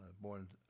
born